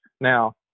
Now